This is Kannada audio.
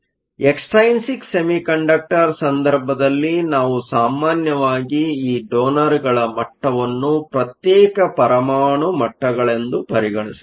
ಆದ್ದರಿಂದ ಎಕ್ಸ್ಟೈನ್ಸಿಕ್ ಸೆಮಿಕಂಡಕ್ಟರ್Extrinsic semiconductor ಸಂದರ್ಭದಲ್ಲಿ ನಾವು ಸಾಮಾನ್ಯವಾಗಿ ಈ ಡೋನರ್ಗಳ ಮಟ್ಟವನ್ನು ಪ್ರತ್ಯೇಕ ಪರಮಾಣು ಮಟ್ಟಗಳೆಂದು ಪರಿಗಣಿಸುತ್ತೇವೆ